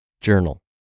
journal